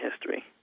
history